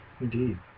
Indeed